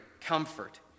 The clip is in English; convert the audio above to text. comfort